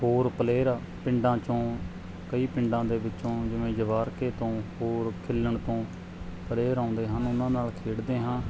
ਹੋਰ ਪਲੇਅਰ ਪਿੰਡਾਂ 'ਚੋਂ ਕਈ ਪਿੰਡਾਂ ਦੇ ਵਿੱਚੋਂ ਜਿਵੇਂ ਜਵਾਰਕੇ ਤੋਂ ਹੋਰ ਖਿਲਣ ਤੋਂ ਪਲੇਅਰ ਆਉਂਦੇ ਹਨ ਉਹਨਾਂ ਨਾਲ ਖੇਡਦੇ ਹਾਂ